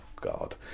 God